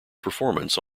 performance